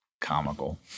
comical